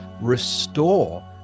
restore